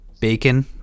bacon